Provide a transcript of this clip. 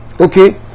Okay